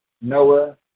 Noah